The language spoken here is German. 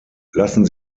lassen